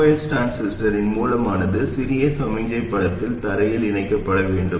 MOS டிரான்சிஸ்டரின் மூலமானது சிறிய சமிக்ஞை படத்தில் தரையில் இணைக்கப்பட வேண்டும்